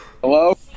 Hello